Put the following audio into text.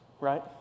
right